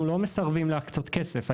אנחנו לא מסרבים להקצות כסף.